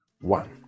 One